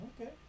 Okay